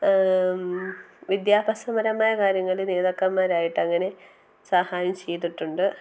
വിദ്യാഭ്യാസപരമായ കാര്യങ്ങളിൽ നേതാക്കന്മാരായിട്ട് അങ്ങനെ സഹായം ചെയ്തിട്ടുണ്ട്